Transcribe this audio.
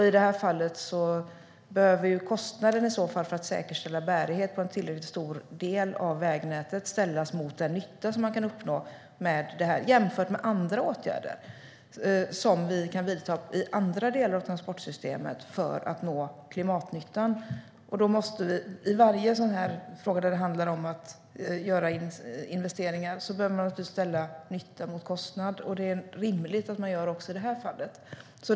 I detta fall behöver kostnaden för att säkerställa bärighet på en tillräckligt stor del av vägnätet ställas mot den nytta man kan uppnå med detta jämfört med andra åtgärder som vi kan vidta i andra delar av transportsystemet för att nå klimatnyttan. Varje gång det handlar om att göra investeringar behöver man ställa nytta mot kostnad, och det är rimligt att man gör det även i detta fall.